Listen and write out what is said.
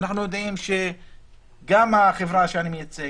אנחנו יודעים שגם החברה שאני מייצג,